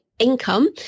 income